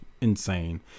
insane